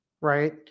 right